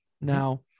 now